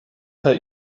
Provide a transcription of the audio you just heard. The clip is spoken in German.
per